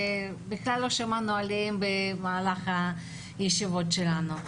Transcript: שבכלל לא שמענו עליהן במהלך הישיבות שלנו.